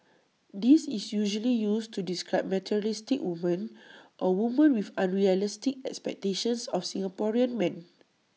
this is usually used to describe materialistic women or women with unrealistic expectations of Singaporean men